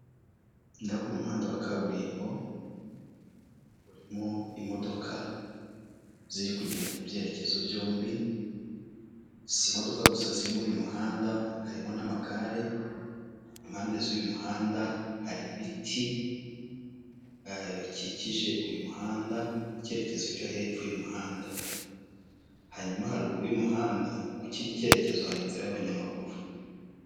Ndabona umuhanda wa kaburimbo, urimo imodoka ziri kugenda mubyerekezo byombi s' imodoka gusa ziri mur' uyu muhanda harimo n'amagare impande z'uyu muhanda hari ibiti bikikije uyu muhanda mu cyerekezo cyo hepfo y'umuhanda hanyuma haruguru y'umuhanda ku kindi cyerekezo hari inzira y'abanyamaguru.